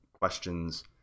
questions